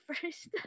first